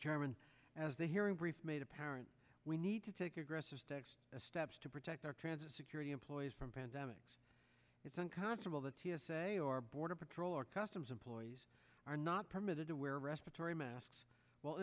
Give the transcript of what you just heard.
chairman as the hearing brief made apparent we need to take aggressive steps to protect our transit security employees from pandemics it's unconscionable the t s a our border patrol our customs employees are not permitted to wear respiratory masks well